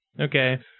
Okay